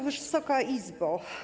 Wysoka Izbo!